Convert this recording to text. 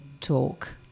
talk